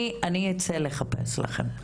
אני אצא לחפש לכם.